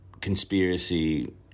conspiracy